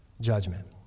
judgment